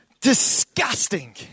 disgusting